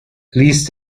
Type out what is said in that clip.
ließ